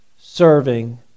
serving